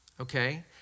okay